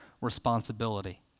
responsibility